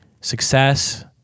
success